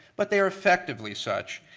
but they are effectively such,